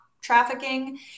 trafficking